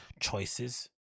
choices